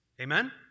Amen